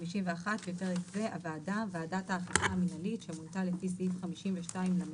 בפרק זה "הוועדה" ועדת האכיפה המינהלית שמונתה לפי סעיף 52לב(א)